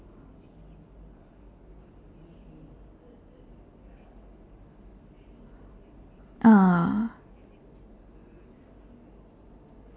ah